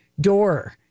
door